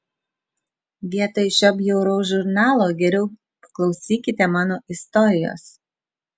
vietoj šio bjauraus žurnalo geriau paklausykite mano istorijos